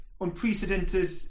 unprecedented